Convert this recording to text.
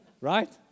Right